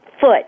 foot